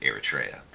Eritrea